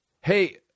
hey –